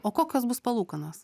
o kokios bus palūkanos